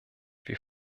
wir